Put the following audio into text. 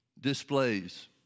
displays